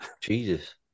Jesus